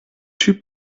two